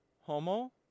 Homo